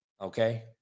okay